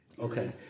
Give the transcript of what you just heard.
Okay